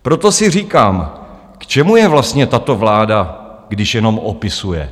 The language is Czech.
Proto si říkám, k čemu je vlastně tato vláda, když jenom opisuje?